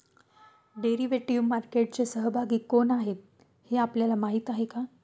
Derivative मार्केटचे सहभागी कोण आहेत हे आपल्याला माहित आहे का?